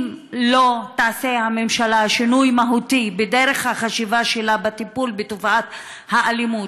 אם לא תעשה הממשלה שינוי מהותי בדרך החשיבה שלה בטיפול בתופעת האלימות,